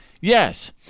yes